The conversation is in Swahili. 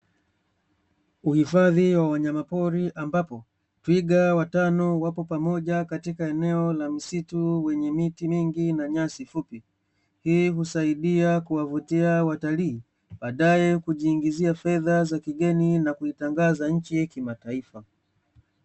Uhifadhi wa wanyama pori ambapo twiga watano wapo pamoja katika eneo la msitu wenye miti mingi na nyasi fupi, hii husaidia kuwavutia watalii baadae kujiingizia fedha za kigeni na kuitangaza nchi kimataifa.